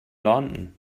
london